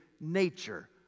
nature